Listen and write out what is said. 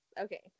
okay